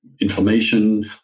information